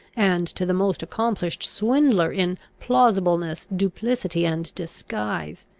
and to the most accomplished swindler in plausibleness, duplicity, and disguise.